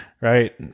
right